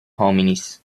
hominis